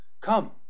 Come